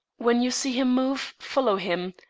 when you see him move, follow him,